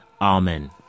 Amen